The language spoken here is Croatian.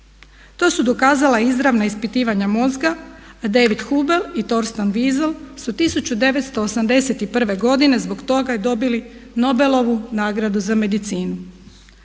To su dokazala izravna ispitivanja mozga a David Hobel i …/Govornik se ne razumije./… su 1981.godine zbog toga dobili Nobelovu nagradu za medicinu.